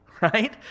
right